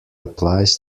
applies